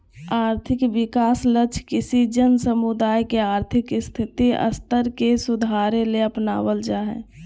और्थिक विकास लक्ष्य किसी जन समुदाय के और्थिक स्थिति स्तर के सुधारेले अपनाब्ल जा हइ